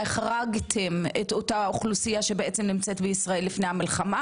החרגתם את אותה אוכלוסייה שנמצאת בישראל לפני המלחמה.